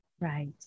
right